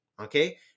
okay